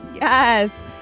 yes